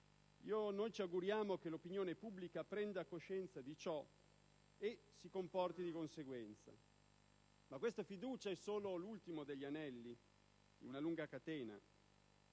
Ci auguriamo che l'opinione pubblica prenda coscienza di ciò e si comporti di conseguenza. Ma questa fiducia è solo l'ultimo degli anelli di una lunga catena.